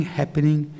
happening